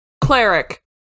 Cleric